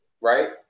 right